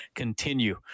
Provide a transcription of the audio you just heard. continue